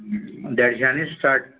देडश्यांनी start